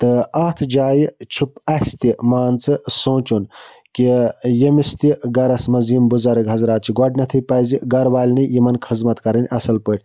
تہٕ اَتھ جایہِ چھُ اَسہِ تہِ مان ژٕ سونٛچُن کہِ ییٚمِس تہِ گَرَس مَنٛز یِم بُزَرگ حضرات چھِ گۄڈٕنٮ۪تھٕے پَزِ گَرٕ والنٕے یِمَن خذمَت کَرٕنۍ اَصٕل پٲٹھۍ